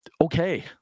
Okay